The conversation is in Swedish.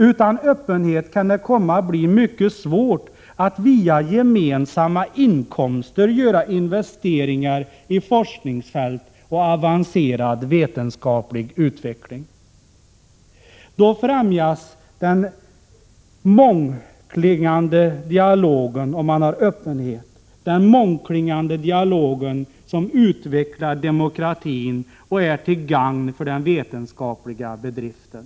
Utan öppenhet kan det komma att bli mycket svårt att via gemensamma inkomster göra investeringar i forskningsfält och avancerad vetenskaplig utveckling. Om man har öppenhet främjas den mångklingande dialogen, som utvecklar demokratin och är till gagn för den vetenskapliga bedriften.